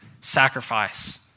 sacrifice